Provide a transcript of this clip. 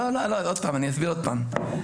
אני אסביר עוד פעם.